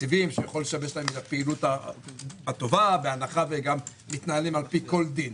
לתקציבים שיכול לשבש להם את הפעילות הטובה וגם מתנהלים על-פי כל דין.